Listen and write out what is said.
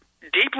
deeply